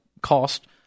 cost